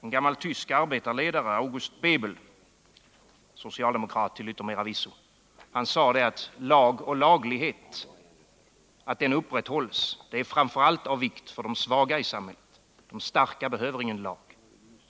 En gammal tysk arbetarledare, August Bebel, socialdemokrat till yttermera visso, sade en gång: Att lag och laglighet upprätthålles är framför allt av vikt för de svaga i samhället. De starka behöver ingen lag.